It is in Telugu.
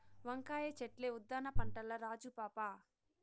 వంకాయ చెట్లే ఉద్దాన పంటల్ల రాజు పాపా